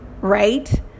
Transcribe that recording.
right